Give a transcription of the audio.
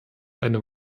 eine